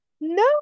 No